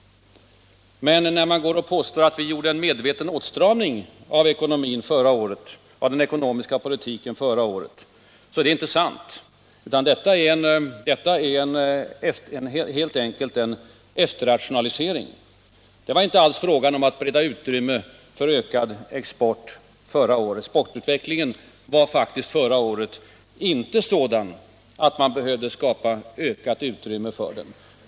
Men när herr Feldt påstår att det gjordes en medveten åtstramning av den ekonomiska politiken förra året, så är det inte sant. Det är helt enkelt en efterrationalisering. Det var då inte alls frågan om att bereda utrymme för ökad export. Exportutvecklingen var faktiskt förra året inte sådan att man behövde skapa ökat utrymme för den.